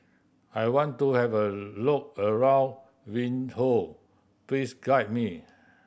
I want to have a look around Windhoek please guide me